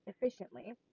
efficiently